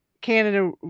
Canada